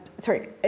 sorry